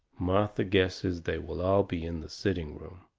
martha guesses they will all be in the sitting room,